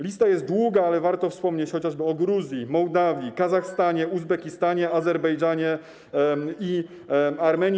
Lista jest długa, ale warto wspomnieć chociażby o Gruzji, Mołdawii, Kazachstanie, Uzbekistanie, Azerbejdżanie i Armenii.